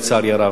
לצערי הרב.